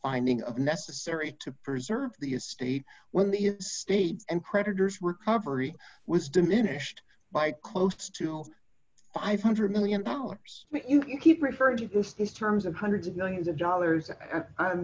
finding of necessary to preserve the estate when the state and creditors recovery was diminished by close to five hundred million dollars you keep referring to this these terms of hundreds of millions of dollars